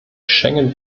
schengen